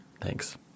Thanks